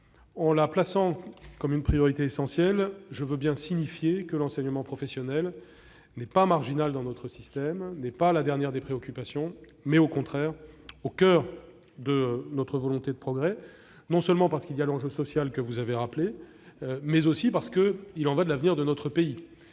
En la tenant pour une priorité essentielle, je veux signifier que l'enseignement professionnel n'est pas marginal dans notre système et n'est pas la dernière de nos préoccupations. Il est au contraire au coeur de notre volonté de progrès, non seulement en raison de l'enjeu social que vous avez rappelé, mais aussi parce qu'il y va de l'avenir de notre pays.